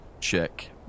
check